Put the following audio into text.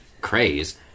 craze